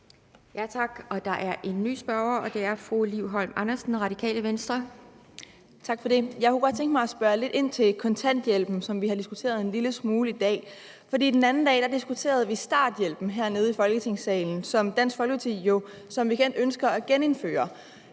Tak. Der er en ny spørger, og det er fru Liv Holm Andersen fra Det Radikale Venstre. Kl. 11:43 Liv Holm Andersen (RV): Tak for det. Jeg kunne godt tænke mig at spørge lidt ind til kontanthjælpen, som vi har diskuteret en lille smule i dag. Forleden dag diskuterede vi starthjælpen hernede i Folketingssalen, som Dansk Folkeparti jo som bekendt ønsker at genindføre.